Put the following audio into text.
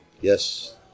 Yes